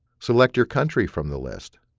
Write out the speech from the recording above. select your country from the list.